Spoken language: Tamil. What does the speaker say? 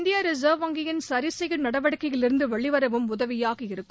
இந்திய ரிசர்வ் வங்கியின் சரி செய்யும் நடவடிக்கையிலிருந்து வெளிவரவும் உதவியாக இருக்கும்